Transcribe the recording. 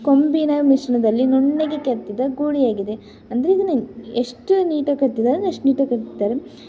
ಕೊಂಬಿನ ಮಿಶ್ರಣದಲ್ಲಿ ನುಣ್ಣಗೆ ಕೆತ್ತಿದ ಗೂಳಿಯಾಗಿದೆ ಅಂದರೆ ಇದನ್ನ ಎಷ್ಟು ನೀಟಾಗಿ ಕೆತ್ತಿದ್ದಾರೆ ಅಂದರೆ ಅಷ್ಟು ನೀಟಾಗಿ ಕೆತ್ತಿದ್ದಾರೆ